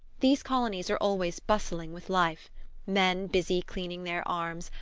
these colonies are always bustling with life men busy cleaning their arms,